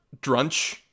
Drunch